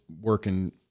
working